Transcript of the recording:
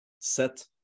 set